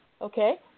okay